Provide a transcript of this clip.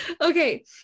okay